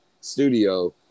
Studio